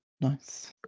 nice